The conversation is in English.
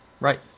Right